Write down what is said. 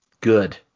good